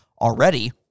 already